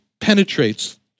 penetrates